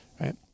right